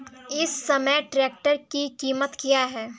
इस समय ट्रैक्टर की कीमत क्या है?